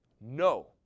No